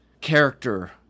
character